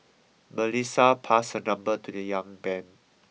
Melissa passed her number to the young man